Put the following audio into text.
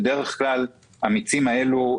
בדרך כלל המיצים האלה,